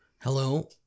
Hello